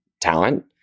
talent